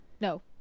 no